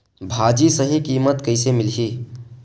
भाजी सही कीमत कइसे मिलही?